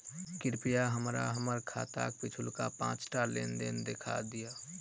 कृपया हमरा हम्मर खाताक पिछुलका पाँचटा लेन देन देखा दियऽ